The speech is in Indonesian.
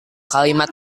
kalimat